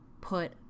put